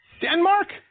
Denmark